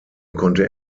konnte